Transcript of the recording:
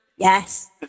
Yes